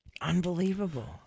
Unbelievable